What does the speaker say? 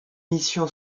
mission